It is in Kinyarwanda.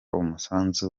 umusanzu